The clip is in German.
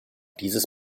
dieses